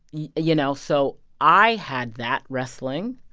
you you know, so i had that wrestling,